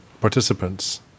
participants